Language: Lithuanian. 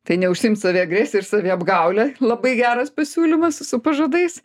tai neužsiimt saviagresija ir saviapgaule labai geras pasiūlymas su pažadais